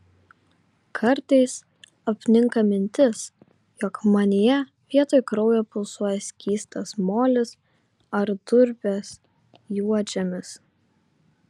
kartais apninka mintis jog manyje vietoj kraujo pulsuoja skystas molis ar durpės juodžemis